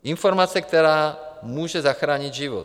Informace, která může zachránit život.